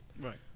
right